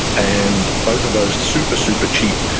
and both of those super, super cheap,